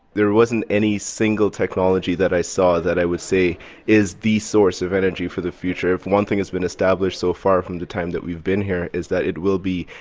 there wasn't any single technology that i saw that i would say is the source of energy for the future. if one thing has been established so far from the time that we've been here is that it will be,